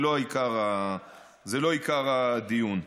זה לא עיקר הדיון.